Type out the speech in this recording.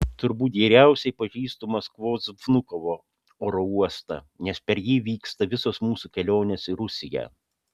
turbūt geriausiai pažįstu maskvos vnukovo oro uostą nes per jį vyksta visos mūsų kelionės į rusiją